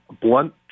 blunt